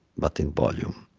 but in volume.